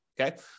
okay